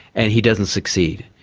and he doesn't succeed.